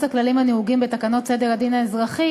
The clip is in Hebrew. הכללים הנהוגים בתקנות סדר הדין האזרחי